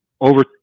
over